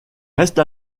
reste